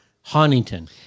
Huntington